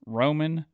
roman